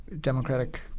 Democratic